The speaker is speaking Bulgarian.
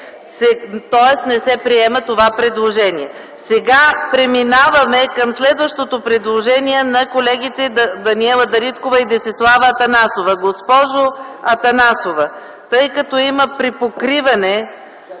4. Не се приема това предложение. Преминаваме към следващото предложение на народните представители Даниела Дариткова и Десислава Атанасова. Госпожо Атанасова, тъй като има припокриване